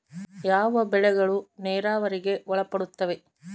ಯಾವ ಬೆಳೆಗಳು ನೇರಾವರಿಗೆ ಒಳಪಡುತ್ತವೆ?